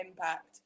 impact